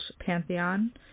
Pantheon